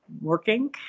working